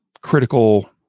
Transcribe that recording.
critical